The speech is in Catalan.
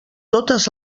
totes